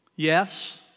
Yes